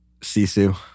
Sisu